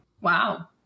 Wow